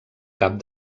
cap